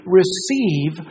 receive